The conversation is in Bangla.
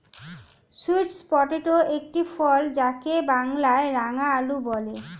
সুইট পটেটো একটি ফল যাকে বাংলায় রাঙালু বলে